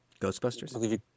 Ghostbusters